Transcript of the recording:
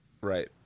Right